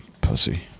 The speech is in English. pussy